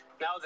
Now